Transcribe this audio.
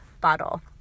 bottle